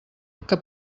que